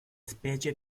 specie